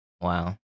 Wow